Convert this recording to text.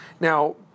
Now